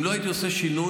אם לא הייתי עושה שינוי,